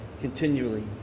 continually